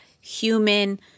human